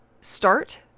start